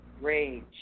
Rage